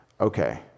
okay